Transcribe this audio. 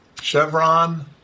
Chevron